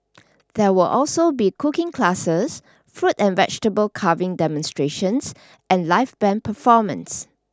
there will also be cooking classes fruit and vegetable carving demonstrations and live band performances